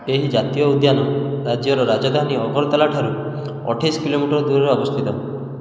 ଏହି ଜାତୀୟ ଉଦ୍ୟାନ ରାଜ୍ୟର ରାଜଧାନୀ ଅଗରତାଲା ଠାରୁ ଅଠେଇଶ କିଲୋମିଟର ଦୂରରେ ଅବସ୍ଥିତ